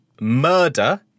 Murder